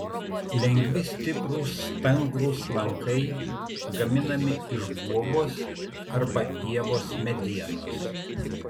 lengvi stiprūs stangrūs lankai gaminami iš guobos arba ievos medienos